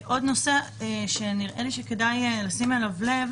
עוד נושא שנראה לי שכדאי לשים אליו לב